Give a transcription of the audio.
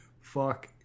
Fuck